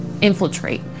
infiltrate